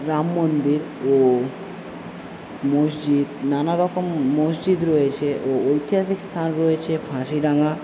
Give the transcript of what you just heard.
রাম মন্দির ও মসজিদ নানারকম মসজিদ রয়েছে ও ঐতিহাসিক স্থান রয়েছে ফাঁসিডাঙ্গা